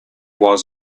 was